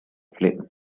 flame